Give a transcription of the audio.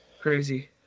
Crazy